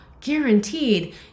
guaranteed